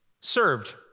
served